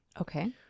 okay